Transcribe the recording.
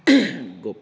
गभ